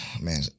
man